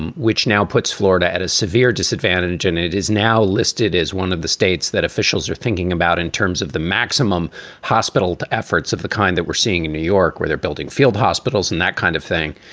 and which now puts florida at a severe disadvantage, and it is now listed as one of the states that officials are thinking about in terms of the maximum hospital to efforts efforts of the kind that we're seeing in new york, where they're building field hospitals and that kind of thing.